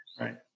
Right